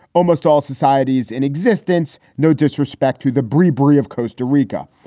almost all societies in existence. no disrespect to the bribery of costa rica.